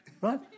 right